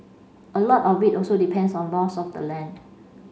a lot of it also depends on laws of the land